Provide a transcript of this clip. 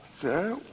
sir